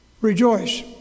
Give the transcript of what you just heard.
Rejoice